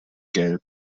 gelb